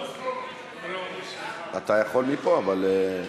אתה יכול מפה אבל.